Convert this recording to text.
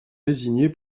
désigné